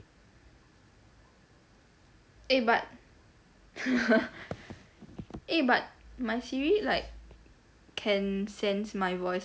eh but eh but my like can sense my voice